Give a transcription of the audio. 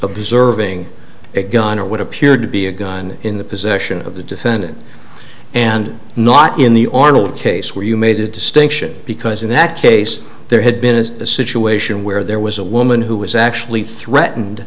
observing it gone or what appeared to be a gun in the possession of the defendant and not in the arnold case where you made a distinction because in that case there had been is a situation where there was a woman who was actually threatened